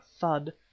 thud